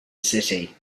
city